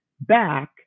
back